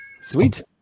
Sweet